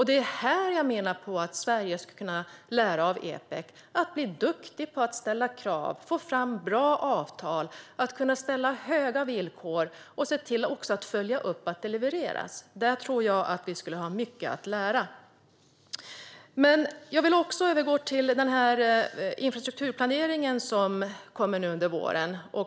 Det är här jag menar att Sverige skulle kunna lära av Epec hur man blir duktig på att ställa krav, få fram bra avtal, ställa höga villkor och följa upp att det levereras. Där tror jag att vi har mycket att lära. Jag vill övergå till infrastrukturplaneringen, som kommer under våren.